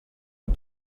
and